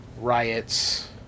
riots